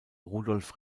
rudolf